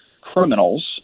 criminals